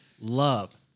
love